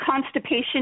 constipation